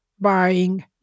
buying